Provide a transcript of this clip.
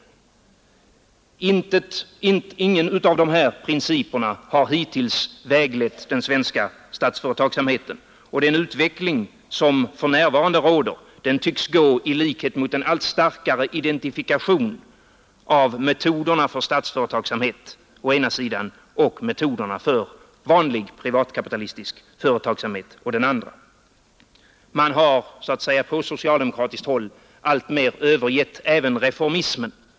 Ingen av dessa principer har hittills väglett den svenska statsföretagsamheten, och utvecklingen tycks för närvarande gå mot en allt starkare identifikation av metoderna för statsföretagsamhet å ena sidan med metoderna för vanlig privatkapitalistisk företagsamhet å den andra. Man har från socialdemokratiskt håll alltmer övergivit även reformismen.